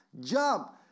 jump